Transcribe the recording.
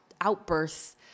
outbursts